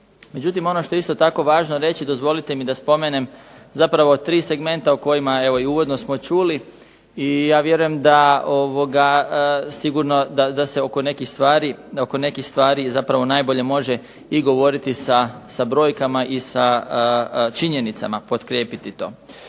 Međutim, ono što je isto tako važno reći dozvolite mi da spomenem zapravo tri segmenta o kojima evo i uvodno smo čuli i ja vjerujem da sigurno da se oko nekih stvari zapravo najbolje može i govoriti sa brojkama i sa činjenicama potkrijepiti to.